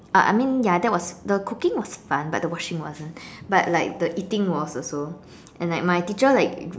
I I mean ya that was the cooking was fun but the washing wasn't but like the eating was also and like my teacher like